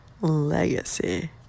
Legacy